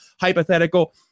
hypothetical